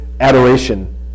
adoration